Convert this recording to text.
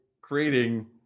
creating